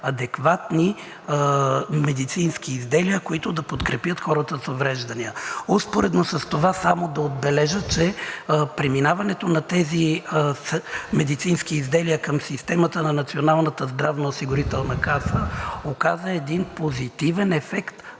адекватни медицински изделия, които да подкрепят хората с увреждания. Успоредно с това само да отбележа, че преминаването на тези медицински изделия към системата на Националната здравноосигурителна каса оказа един позитивен ефект